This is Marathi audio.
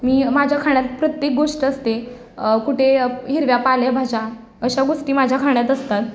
मी माझ्या खाण्यात प्रत्येक गोष्ट असते कुठे हिरव्या पाले भाज्या अशा गोष्टी माझ्या खाण्यात असतात